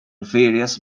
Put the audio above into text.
various